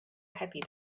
happy